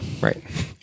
Right